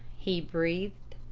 he breathed.